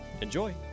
Enjoy